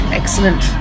excellent